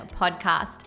podcast